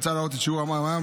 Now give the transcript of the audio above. מוצע להעלות את שיעור המע"מ